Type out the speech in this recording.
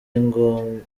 igonga